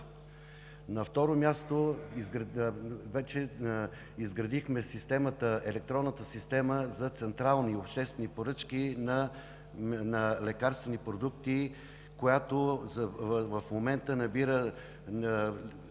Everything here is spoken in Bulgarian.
На второ място, изградихме електронната система за централни и обществени поръчки на лекарствени продукти, която в момента набира